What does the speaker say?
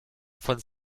von